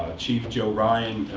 chief joe ryan,